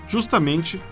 Justamente